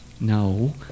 No